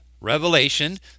Revelation